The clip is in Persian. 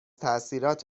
تاثیرات